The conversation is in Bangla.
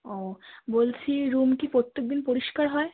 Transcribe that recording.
ও বলছি রুম কি প্রত্যেক দিন পরিষ্কার হয়